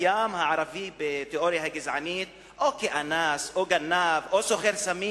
הערבי קיים בתיאוריה הגזענית או כאנס או כגנב או כסוחר סמים,